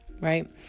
right